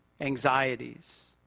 anxieties